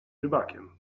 rybakiem